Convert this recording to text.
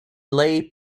lay